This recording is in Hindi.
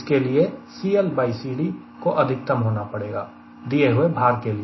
इसके लिए CLCD को अधिकतम होना पड़ेगा दिए हुए भार के लिए